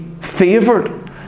favored